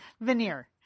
veneer